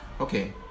okay